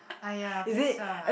!aiya! please lah